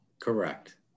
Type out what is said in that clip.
correct